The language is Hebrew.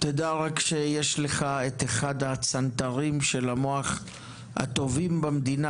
אתה יודע רק שיש לך את אחד הצנתרים של המוח הטובים במדינה,